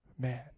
Man